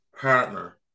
partner